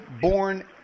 born